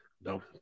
No